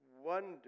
wonder